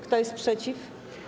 Kto jest przeciw?